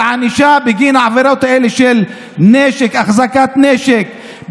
הענישה בגין העבירות האלה של החזקת נשק,